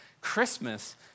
Christmas